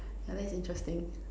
yeah that's interesting